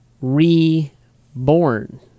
reborn